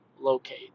locate